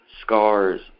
scars